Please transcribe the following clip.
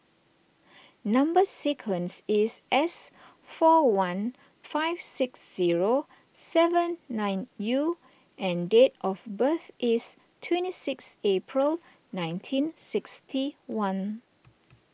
Number Sequence is S four one five six zero seven nine U and date of birth is twenty six April nineteen sixty one